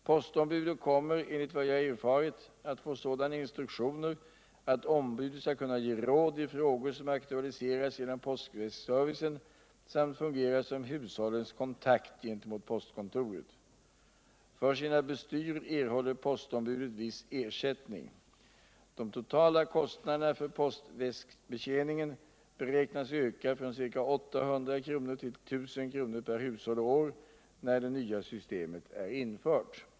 Postombudet kommer enligt vad jag har erfarit avt få sådana instruktioner att ombudet skall kunna ge råd i frågor som aktualiseras genom postväskservicen samt fungera som hushållens kontakt gentemot postkontoret. För sina bestyr erhåller postombudet viss ersättning. De totala kostnaderna för postväskbetjäningen beräknas öka från ca 800 kr. till I 000 kr. per hushåll och år när det nya systemet är infört.